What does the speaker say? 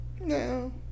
No